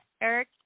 Eric